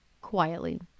quietly